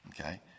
Okay